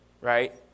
right